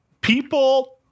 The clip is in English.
people